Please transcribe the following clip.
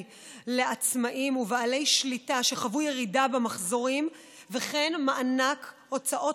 לעצמאים ולבעלי שליטה שחוו ירידה במחזורים ומענק הוצאות